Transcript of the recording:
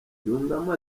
yungamo